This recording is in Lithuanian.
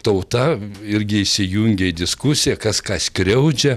tauta irgi įsijungė į diskusiją kas ką skriaudžia